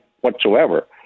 whatsoever